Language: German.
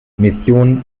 mission